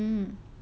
what about you